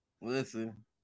Listen